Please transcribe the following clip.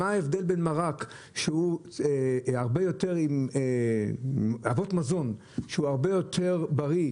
מה ההבדל בין מרק שהוא עם אבות מזון והרבה יותר בריא,